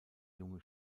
junge